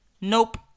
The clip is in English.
nope